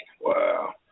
Wow